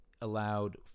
Allowed